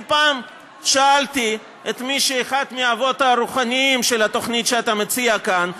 אני פעם שאלתי את אחד האבות הרוחניים של התוכנית שאתה מציע כאן,